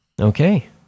Okay